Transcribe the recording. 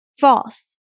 false